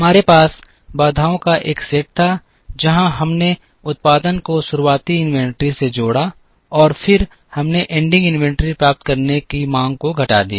हमारे पास बाधाओं का एक सेट था जहां हमने उत्पादन को शुरुआती इन्वेंट्री में जोड़ा और फिर हमने एंडिंग इन्वेंट्री प्राप्त करने की मांग को घटा दिया